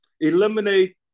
eliminate